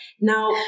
now